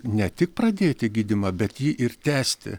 ne tik pradėti gydymą bet jį ir tęsti